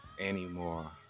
anymore